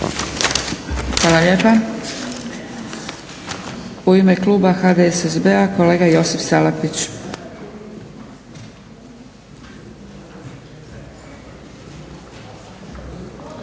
Hvala lijepa. U ime kluba HDSSB-a, kolega Josip Salapić.